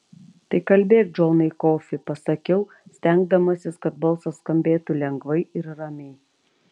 tai kalbėk džonai kofį pasakiau stengdamasis kad balsas skambėtų lengvai ir ramiai